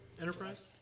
Enterprise